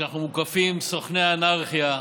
כשאנחנו מוקפים סוכני אנרכיה,